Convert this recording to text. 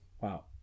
wow